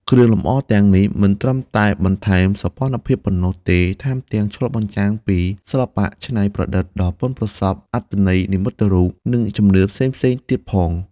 គ្រឿងលម្អទាំងនេះមិនត្រឹមតែបន្ថែមសោភ័ណភាពប៉ុណ្ណោះទេ ថែមទាំងឆ្លុះបញ្ចាំងពីសិល្បៈច្នៃប្រឌិតដ៏ប៉ិនប្រសប់ អត្ថន័យនិមិត្តរូប និងជំនឿផ្សេងៗទៀតផង។